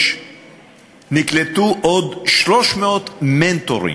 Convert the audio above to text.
נקלטו עוד 300 מנטורים,